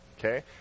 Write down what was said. Okay